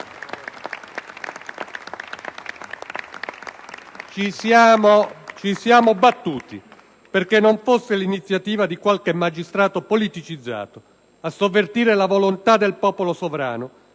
Ci siamo battuti perché non fosse l'iniziativa di qualche magistrato politicizzato a sovvertire la volontà del popolo sovrano,